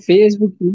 Facebook